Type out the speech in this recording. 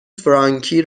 فرانکی